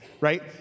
right